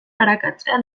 arakatzea